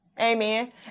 Amen